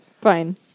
Fine